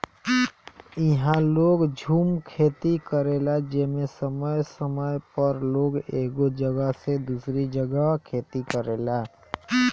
इहा लोग झूम खेती करेला जेमे समय समय पर लोग एगो जगह से दूसरी जगह खेती करेला